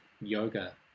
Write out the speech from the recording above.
yoga